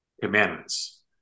commandments